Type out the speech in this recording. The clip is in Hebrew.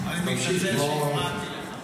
תמשיך מה הוא אמר לך.